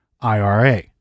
IRA